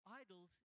idols